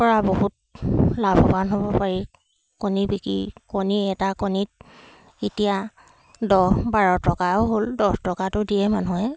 কৰা বহুত লাভৱান হ'ব পাৰি কণী বিকি কণী এটা কণীত এতিয়া দহ বাৰ টকাও হ'ল দহ টকাটো দিয়ে মানুহে